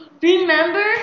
Remember